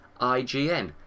IGN